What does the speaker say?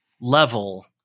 level